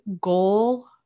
goal